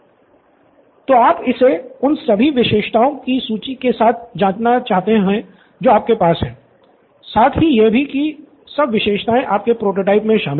professor Bala तो आप इसे उन सभी विशेषताओं की सूची के साथ जाँचना चाहते जो आपके पास हैं साथ ही यह भी यह सब विशेषताएँ आपके प्रोटोटाइप में शामिल हों